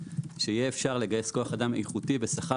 שיהיה אפשר לגייס כוח אדם איכותי בשכר